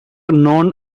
known